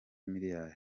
miliyari